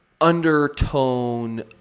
undertone